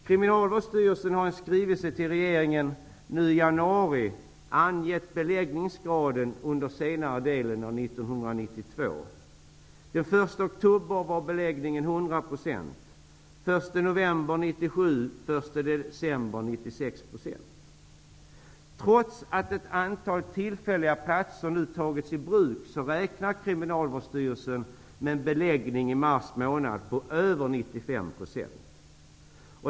Kriminalvårdsstyrelsen har i en skrivelse till regeringen i januari i år angett beläggningsgraden under senare delen av 1992. Den 1 oktober var beläggningen 100 %, den 1 november 97 % och den Kriminalvårdsstyrelsen med en beläggning i mars på 95 %.